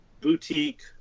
Boutique